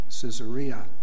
Caesarea